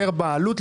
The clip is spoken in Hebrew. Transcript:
פר בעלות,